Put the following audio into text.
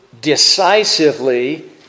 decisively